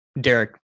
Derek